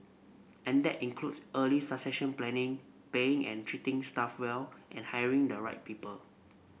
and that includes early succession planning paying and treating staff well and hiring the right people